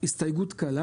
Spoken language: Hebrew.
הסתייגות קלה